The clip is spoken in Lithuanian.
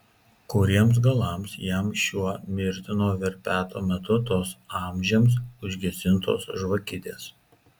kuriems galams jam šiuo mirtino verpeto metu tos amžiams užgesintos žvakidės